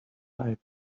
life